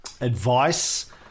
advice